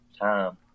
time